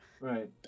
right